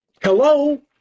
Hello